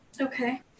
Okay